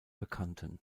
bekannten